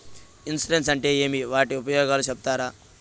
Insurance అంటే ఏమి? వాటి ఉపయోగాలు సెప్తారా?